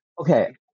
Okay